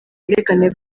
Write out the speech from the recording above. yerekane